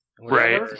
right